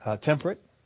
temperate